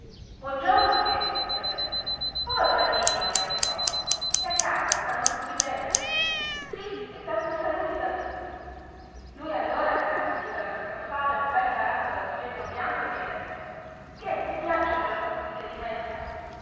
giorno pietro gli ho detto o giannino mi ha risposto e a casa stanno tutti bene sì e tanti saluti da tutti lui allora ha tirato giù dallo scaffale un bel barattolo di vetro bianco e mi ha detto che ti piacciono le pasticche di menta